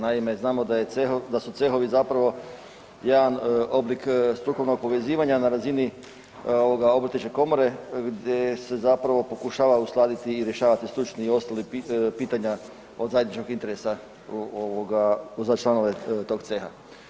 Naime, znamo da su cehovi zapravo jedan oblik strukovnog povezivanja na razini Obrtničke komore gdje se zapravo pokušava uskladiti i rješavati stručna i ostala pitanja od zajedničkog interesa za članove tog ceha.